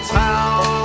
town